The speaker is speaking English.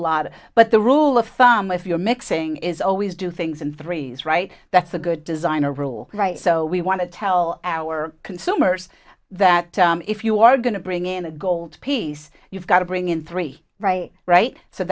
lot but the rule of thumb if you're mixing is always do things in threes right that's a good design a rule right so we want to tell our consumers that if you are going to bring in a gold piece you've got to bring in three right